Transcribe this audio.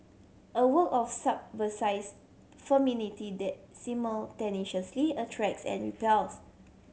a work of femininity that simultaneously attracts and repels